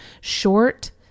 short